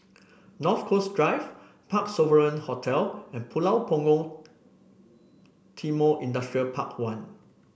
North Coast Drive Parc Sovereign Hotel and Pulau Punggol Timor Industrial Park One